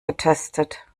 getestet